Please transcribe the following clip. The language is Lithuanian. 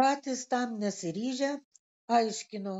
patys tam nesiryžę aiškino